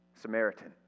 Samaritan